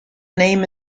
name